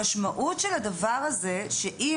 המשמעות של הדבר הזה, שעם